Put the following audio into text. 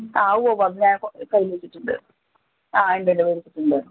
ആ ഉവ്വ് ഉവ്വ് അത് ഞാൻ കയ്യിൽ വച്ചിട്ടുണ്ട് ആ ഉണ്ട് ഉണ്ട് വച്ചിട്ടുണ്ട്